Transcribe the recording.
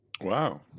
Wow